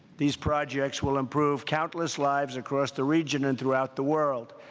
these projects will improve countless lives across the region and throughout the world.